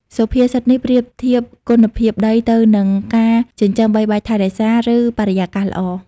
សុភាសិតនេះប្រៀបធៀបគុណភាពដីទៅនឹងការចិញ្ចឹមបីបាច់ថែរក្សា ឬបរិយាកាសល្អ។